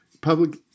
Public